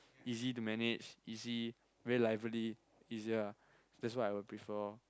easy to manage easy very lively easy ah that's what I prefer oh